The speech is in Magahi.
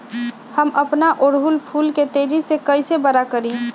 हम अपना ओरहूल फूल के तेजी से कई से बड़ा करी?